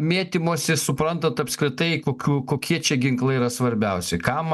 mėtymosi suprantat apskritai kokių kokie čia ginklai yra svarbiausi kam